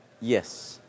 Yes